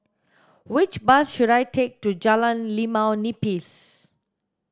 which bus should I take to Jalan Limau Nipis